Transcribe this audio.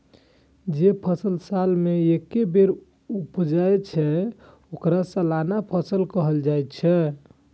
जे फसल साल मे एके बेर उपजै छै, ओकरा सालाना फसल कहल जाइ छै